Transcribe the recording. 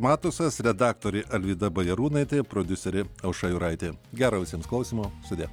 matusas redaktorė alvyda bajarūnaitė prodiuserė aušra juraitė gero visiems klausymo sudie